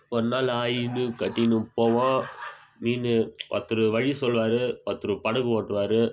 ஒரு நாள் ஆயின்னு கட்டின்னு போவோம் நின்று ஒருத்தர் வழி சொல்லுவார் ஒருத்தர் படகு ஓட்டுவார்